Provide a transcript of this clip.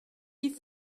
die